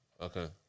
Okay